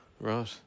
Right